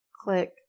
Click